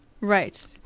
Right